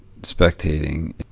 spectating